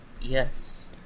Yes